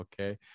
okay